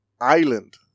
island